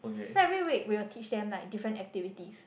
so every week we will teach them like different activities